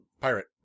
pirate